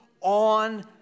on